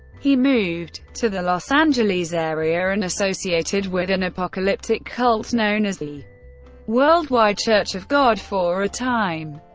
he moved to the los angeles area and associated with an apocalyptic cult known as the worldwide church of god for a time.